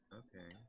okay